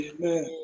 Amen